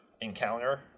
encounter